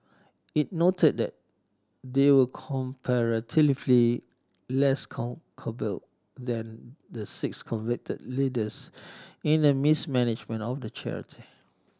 it noted that they were comparatively less culpable than the six convicted leaders in the mismanagement of the charity